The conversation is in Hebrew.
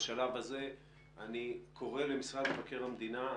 בשלב הזה אני קורא למשרד מבקר המדינה.